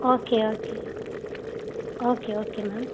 okay okay okay okay ma'am